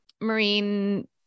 Marine